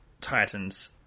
Titans